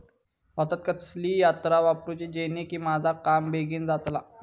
भातात कसली यांत्रा वापरुची जेनेकी माझा काम बेगीन जातला?